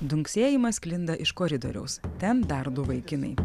dunksėjimas sklinda iš koridoriaus ten dar du vaikinai